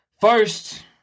First